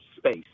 Space